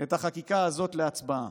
את החקיקה הזאת להצבעה,